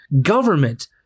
Government